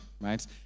right